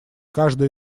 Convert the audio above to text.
каждая